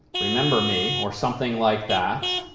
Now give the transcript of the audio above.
remember me, or something like that,